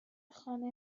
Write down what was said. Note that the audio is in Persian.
خانه